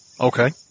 Okay